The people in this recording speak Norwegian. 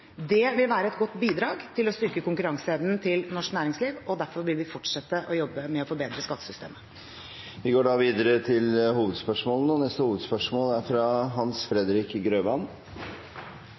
Det vil være et godt bidrag til å styrke konkurranseevnen til norsk næringsliv, og derfor vil vi fortsette å jobbe med å forbedre skattesystemet. Vi går videre til neste hovedspørsmål.